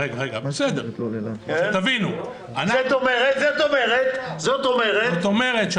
זאת אומרת,